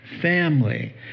family